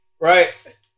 right